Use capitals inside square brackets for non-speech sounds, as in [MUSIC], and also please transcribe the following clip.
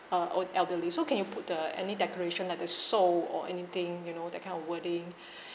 uh old elderly so can you put the any decoration like the so or anything you know that kind of wording [BREATH]